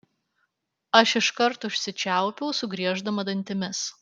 aš iškart užsičiaupiau sugrieždama dantimis